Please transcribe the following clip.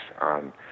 on